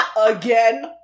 again